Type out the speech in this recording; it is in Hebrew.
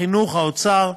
החינוך והאוצר,